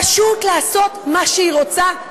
פשוט לעשות מה שהיא רוצה,